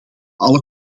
alle